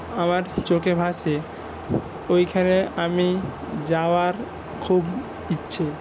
আমার চোখে ভাসে ওইখানে আমি যাওয়ার খুব ইচ্ছে